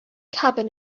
cabin